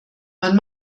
man